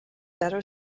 better